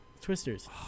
Twisters